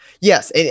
Yes